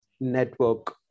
Network